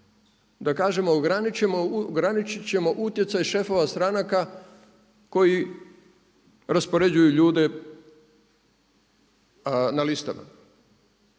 da kažemo ograničit ćemo utjecaj šefova stranaka koji raspoređuju ljude na listama,